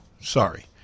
sorry